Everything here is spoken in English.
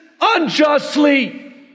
unjustly